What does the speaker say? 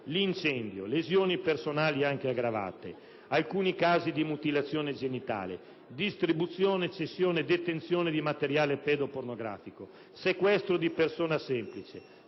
l'incendio; le lesioni personali anche aggravate; alcuni casi di mutilazione genitale; la distribuzione, cessione e detenzione di materiale pedopornografico; il sequestro di persona semplice;